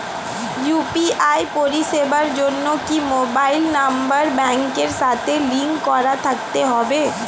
UPI পরিষেবার জন্য কি মোবাইল নাম্বার ব্যাংকের সাথে লিংক করা থাকতে হবে?